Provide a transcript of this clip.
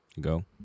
Go